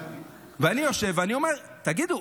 ואני יושב ואני אומר: תגידו,